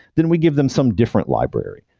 then we give them some different library.